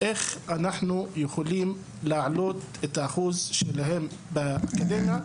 איך אנחנו יכולים להעלות את האחוז שלהם באקדמיה?